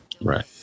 right